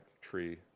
tree